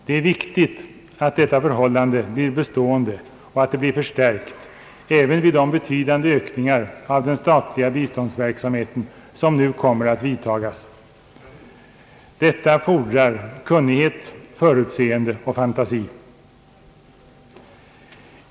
Det är viktigt att detta förhållande blir bestå ende och att det blir förstärkt även vid de betydande ökningar i den statliga biståndsverksamheten som nu kommer att vidtagas. Detta fordrar kunnighet, förutseende och fantasi.